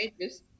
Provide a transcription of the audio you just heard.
pages